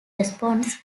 responds